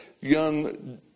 young